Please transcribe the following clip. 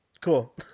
Cool